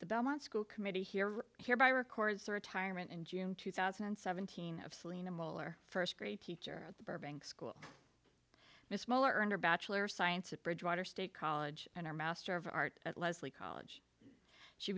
the belmont school committee here hereby records the retirement in june two thousand and seventeen of celina mohler first grade teacher at the burbank school miss miller earned a bachelor of science at bridgewater state college and our master of art at lesley college she